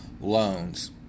loans